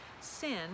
Sin